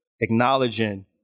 acknowledging